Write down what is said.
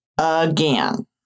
again